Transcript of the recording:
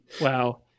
Wow